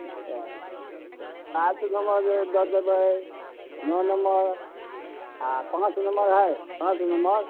अच्छा आठ नम्बर जे दऽ देबै नओ नम्बर आओर पाँच नम्बर हय पाँच नम्बर